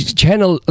channel